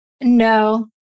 No